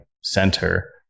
center